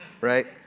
right